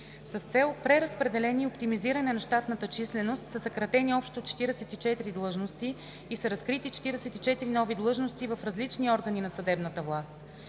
С цел преразпределение и оптимизиране на щатната численост са съкратени общо 44 длъжности и са разкрити 44 нови длъжности в различни органи на съдебната власт.